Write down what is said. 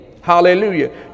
Hallelujah